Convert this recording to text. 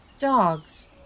dogs